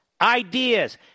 ideas